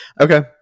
Okay